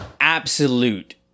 absolute-